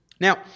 Now